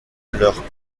leurs